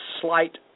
slight